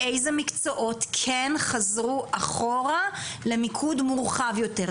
באיזה מקצועות כן חזרו אחורה למיקוד מורחב יותר?